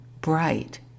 bright